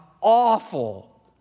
awful